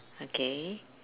okay